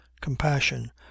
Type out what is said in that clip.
compassion